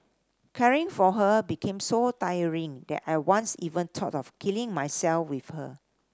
caring for her became so tiring that I once even thought of killing myself with her